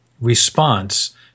response